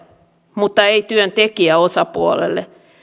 mutta ei työntekijäosapuolelle